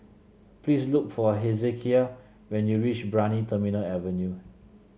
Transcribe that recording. please look for Hezekiah when you reach Brani Terminal Avenue